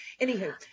anywho